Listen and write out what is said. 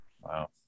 Wow